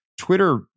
twitter